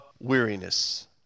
weariness